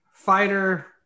Fighter